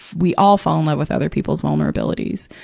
we all fall in love with other people's vulnerabilities.